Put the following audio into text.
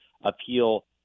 appeal